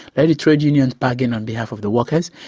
let the trade unions bargain on behalf of the workers,